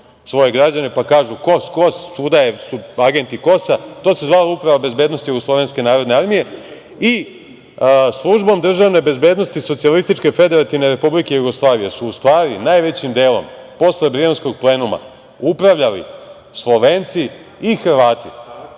svoje građane, pa kažu KOS, KOS, svuda su agenti KOS-a. To se zvala Uprava bezbednosti Jugoslovenske narodne armije i Službom državne bezbednosti Socijalističke Federativne Republike Jugoslavije, su u stvari najvećim delom, posle Brionskog plenuma, upravljali Slovenci i Hrvati. Možemo